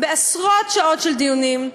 ועשרות שעות של דיונים,